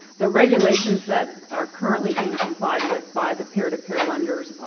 the regulations that are currently being complied with by the peertopeer lenders